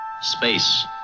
Space